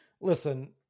Listen